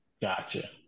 Gotcha